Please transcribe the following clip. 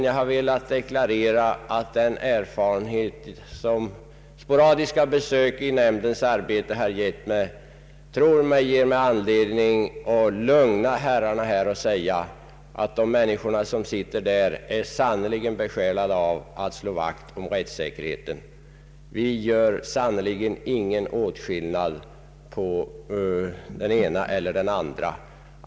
Jag har velat deklarera att den erfarenhet som sporadiska besök i nämnden har givit mig ger mig anledning att lugna herrarna. Jag vill framhålla att nämndens ledamöter sannerligen är besjälade av viljan att slå vakt om rättssäkerheten. Vi gör inte någon åtskillnad på den ena eller den andra.